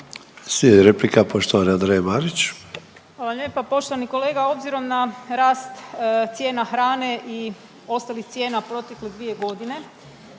Andreje Marić. **Marić, Andreja (SDP)** Hvala lijepa poštovani kolega. Obzirom na rast cijena hrane i ostalih cijena protekle dvije godine,